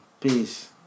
Peace